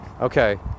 Okay